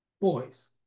Boys